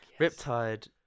Riptide